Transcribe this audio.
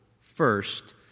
First